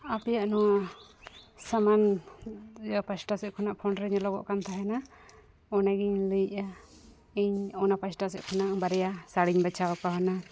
ᱟᱯᱮᱭᱟᱜ ᱱᱚᱣᱟ ᱥᱟᱢᱟᱝ ᱯᱟᱦᱴᱟ ᱥᱮᱫ ᱠᱷᱚᱱᱟᱜ ᱯᱷᱳᱱ ᱨᱮ ᱧᱮᱞᱚᱜ ᱠᱟᱱ ᱛᱟᱦᱮᱱᱟ ᱚᱱᱟᱜᱤᱧ ᱞᱟᱹᱭᱮᱫᱟ ᱤᱧ ᱚᱱᱟ ᱯᱟᱦᱴᱟ ᱥᱮᱫ ᱠᱷᱚᱱᱟᱜ ᱵᱟᱨᱭᱟ ᱥᱟᱹᱲᱤᱧ ᱵᱟᱪᱷᱟᱣ ᱠᱟᱣᱱᱟ